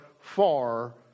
far